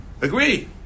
agree